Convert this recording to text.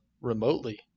remotely